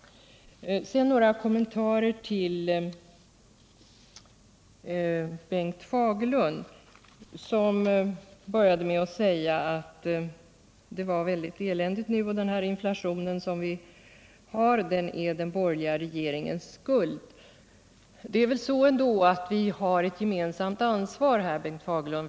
Så några kommentarer till Bengt Fagerlund, som började med att säga att den inflation vi nu har är den borgerliga regeringens skuld. Vi har ett gemensamt ansvar, Bengt Fagerlund.